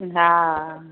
हा